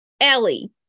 Ellie